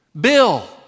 Bill